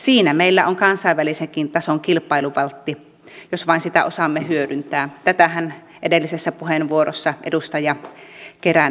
siinä meillä on kansainvälisenkin tason kilpailuvaltti jos vain sitä osaamme hyödyntää tätähän edellisessä puheenvuorossa edustaja keränen peräänkuulutti